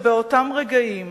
ובאותם רגעים